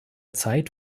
zeit